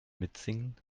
mitsingen